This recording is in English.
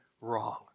wrong